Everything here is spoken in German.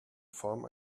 form